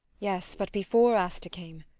yes, but before asta came?